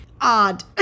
odd